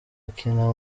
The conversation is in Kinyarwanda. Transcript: akina